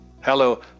Hello